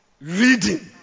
reading